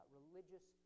religious